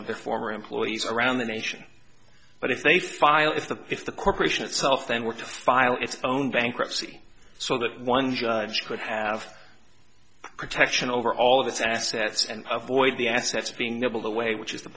of the former employees around the nation but if they file if the if the corporation itself then were to file its own bankruptcy so that one judge could have protection over all of its assets and avoid the assets being noble the way which is the